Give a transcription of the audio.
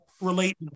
Relate